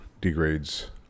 degrades